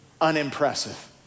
unimpressive